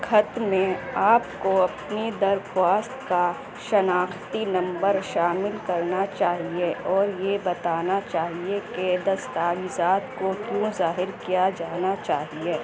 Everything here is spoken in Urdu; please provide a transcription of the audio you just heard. خط میں آپ کو اپنی درخواست کا شناختی نمبر شامل کرنا چاہیے اور یہ بتانا چاہیے کہ دستاویزات کو کیوں ظاہر کیا جانا چاہیے